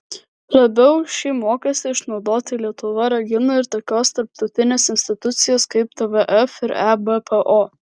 labiau šį mokestį išnaudoti lietuvą ragina ir tokios tarptautinės institucijos kaip tvf ir ebpo